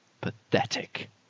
pathetic